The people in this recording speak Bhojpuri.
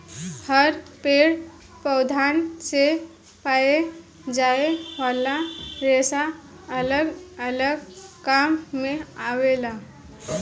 हर पेड़ पौधन से पाए जाये वाला रेसा अलग अलग काम मे आवेला